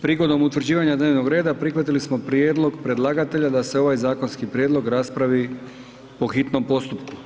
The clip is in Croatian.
Prigodom utvrđivanja dnevnog reda prihvatili smo prijedlog predlagatelja da se ovaj zakonski prijedlog raspravi po hitnom postupku.